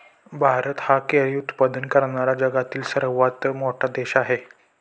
भारत हा केळी उत्पादन करणारा जगातील सर्वात मोठा देश आहे